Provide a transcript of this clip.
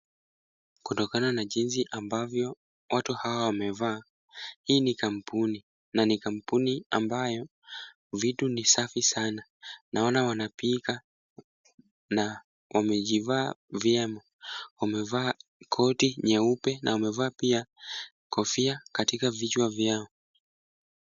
Kutokana na jinsi ambavyo watu hawa wamevaa, hii ni kampuni na ni kampuni ambayo vitu ni safi sana. Naona wanapika na wamejivaa vyema. Wamevaa koti nyeupe na wamevaa pia kofia katika vichwa vyao.